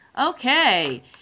Okay